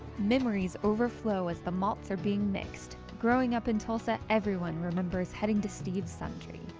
memories overflow as the malts are being mixed. growing up in tulsa everyone remembers heading to steve's sundry.